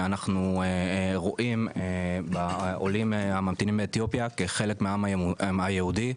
אנחנו רואים בעולים הממתינים באתיופיה כחלק מהעם היהודי,